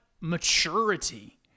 maturity